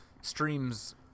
streams